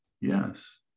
Yes